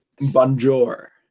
Bonjour